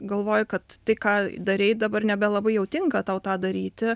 galvoji kad tai ką darei dabar nebelabai jau tinka tau tą daryti